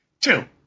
Two